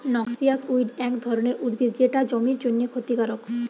noxious weed এক ধরণের উদ্ভিদ যেটা জমির জন্যে ক্ষতিকারক